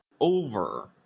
over